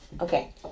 okay